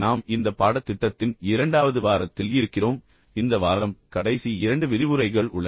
நாம் இந்த பாடத்திட்டத்தின் இரண்டாவது வாரத்தில் இருக்கிறோம் பின்னர் இந்த வாரம் கடைசி இரண்டு விரிவுரைகள் உள்ளன